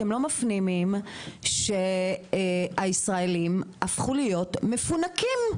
אתם לא מפנימים שהישראלים הפכו להיות מפונקים,